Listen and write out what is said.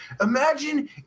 Imagine